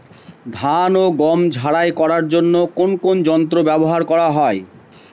ধান ও গম ঝারাই করার জন্য কোন কোন যন্ত্র ব্যাবহার করা হয়?